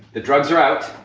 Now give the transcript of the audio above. drugs are out,